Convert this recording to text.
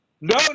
No